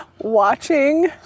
Watching